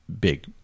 big